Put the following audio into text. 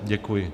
Děkuji.